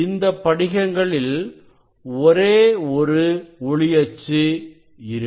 இந்தப் படிகங்களில் ஒரே ஒரு ஒளி அச்சு இருக்கும்